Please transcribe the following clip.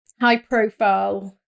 high-profile